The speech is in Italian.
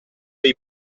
dei